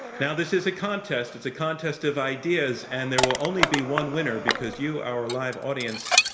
now this is a contest, it's a contest of ideas and there will only be one winner because you our live audience